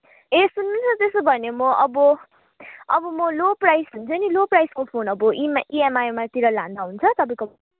ए सुन्नुहोस् न त्यसो भने म अब अब म लो प्राइस हुन्छ नि लो प्राइसको फोन अब इमा इएमआइमा तिर लाँदा हुन्छ तपाईँको